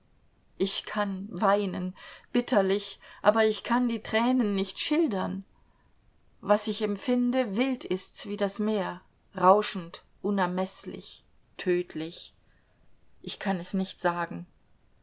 ich kann weinen bitterlich aber ich kann die tränen nicht schildern was ich empfinde wild ist's wie das meer rauschend unermeßlich tödlich ich kann es nicht sagen